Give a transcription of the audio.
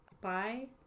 bye